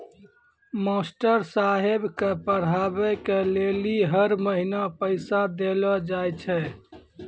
master साहेब के पढ़बै के लेली हर महीना पैसा देलो जाय छै